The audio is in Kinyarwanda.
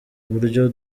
buryo